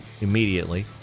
immediately